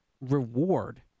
reward